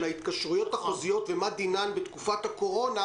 ההתקשרויות החוזיות והשאלה מה דינן בתקופת הקורונה,